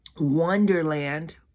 wonderland